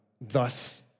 thus